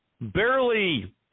barely